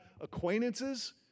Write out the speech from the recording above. acquaintances